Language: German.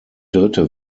dritte